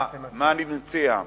מה אתה מציע?